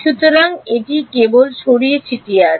সুতরাং এটি কেবল ছড়িয়ে ছিটিয়ে আছে